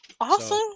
awesome